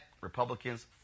Republicans